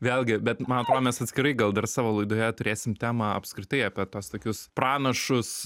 vėlgi bet man atrodo mes atskirai gal dar savo laidoje turėsim temą apskritai apie tuos tokius pranašus